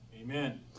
Amen